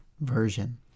version